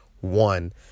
one